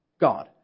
God